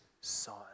son